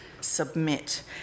submit